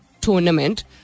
tournament